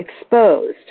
exposed